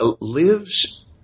lives